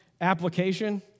application